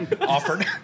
offered